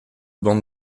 bande